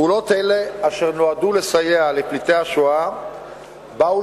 פעולות אלה אשר נועדו לסייע לפליטי השואה באו